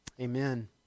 Amen